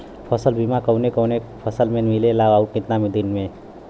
फ़सल बीमा कवने कवने फसल में मिलेला अउर कितना दिन में?